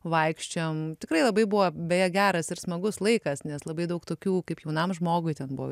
vaikščiojom tikrai labai buvo beje geras ir smagus laikas nes labai daug tokių kaip jaunam žmogui ten buvo